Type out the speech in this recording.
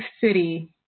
City